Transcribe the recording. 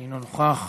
אינו נוכח,